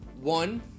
One